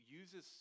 uses